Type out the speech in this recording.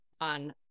on